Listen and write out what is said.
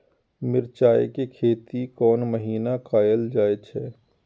मिरचाय के खेती कोन महीना कायल जाय छै?